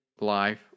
life